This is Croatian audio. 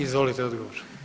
Izvolite odgovor.